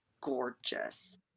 gorgeous